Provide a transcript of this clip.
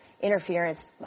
interference